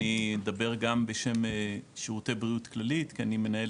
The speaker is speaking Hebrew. אני אדבר גם בשם שירותי בריאות כללית כי אני מנהל